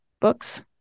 books